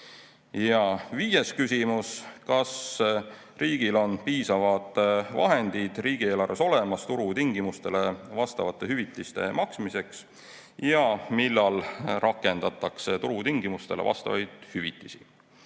Ja viies küsimus: "Kas riigil on piisavad vahendid riigieelarves olemas turu tingimustele vastavate hüvitiste maksmiseks ja millal rakendatakse turutingimustele vastavaid hüvitisi?"